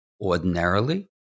Ordinarily